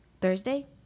Thursday